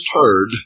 heard